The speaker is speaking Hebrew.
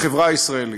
בחברה הישראלית.